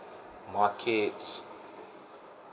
markets